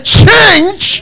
change